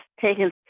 taken